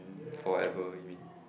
forever you mean